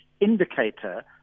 indicator